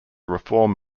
reform